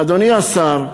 אדוני השר,